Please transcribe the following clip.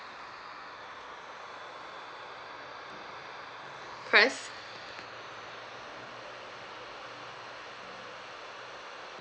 press